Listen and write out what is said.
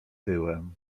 tyłem